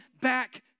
back